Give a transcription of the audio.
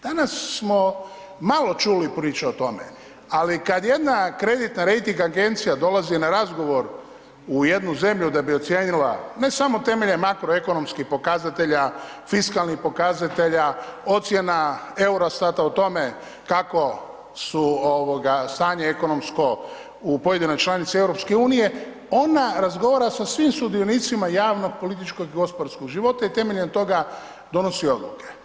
Danas smo malo čuli priče o tome ali kad jedna kreditna rejting agencija dolazi na razgovor u jednu zemlju da bi ocijenila ne samo temeljem makroekonomskih pokazatelja, fiskalnih pokazatelja, ocjena EUROSTAT-a o tome kako su stanje ekonomsko u pojedinoj članici EU-a, ona razgovara sa svim svi sudionicima javnog, političkog i gospodarskog života i temeljem toga donosi odluke.